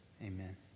amen